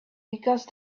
because